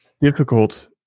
difficult